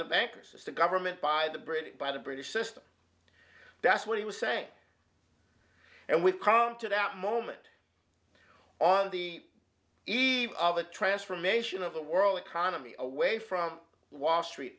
the bankers it's the government by the british by the british system that's what he was saying and we've come to that moment on the eve of the transformation of the world economy away from wall street